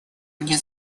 мне